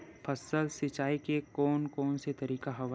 फसल सिंचाई के कोन कोन से तरीका हवय?